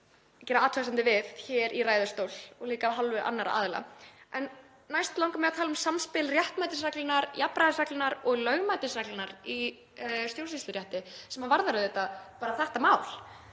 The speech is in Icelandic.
gera athugasemdir við hér í ræðustól og líka af hálfu annarra aðila. Næst langar mig að tala um samspil réttmætisreglunnar, jafnræðisreglunnar og lögmætisreglunnar í stjórnsýslurétti, sem varðar auðvitað bara þetta mál.